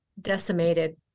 decimated